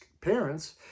parents